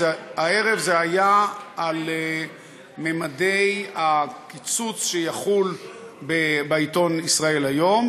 הערב זה היה על ממדי הקיצוץ שיחול בעיתון "ישראל היום",